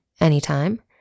anytime